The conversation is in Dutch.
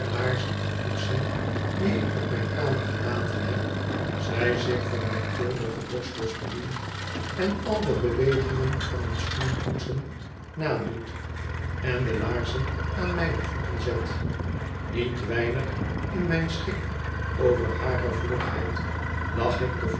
laarzen te poetsen die ik op mijn kamer gelaten heb zij zich van denkbeeldige borstels bedient en al de bewegingen van t schoenenpoetsen nadoet en de laarzen aan mijne voeten zet niet weinig in mijn schik over hare vlugheid lach ik de